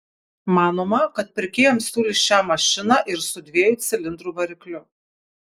manoma kad pirkėjams siūlys šią mašiną ir su dviejų cilindrų varikliu